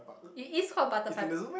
it is called butterfly park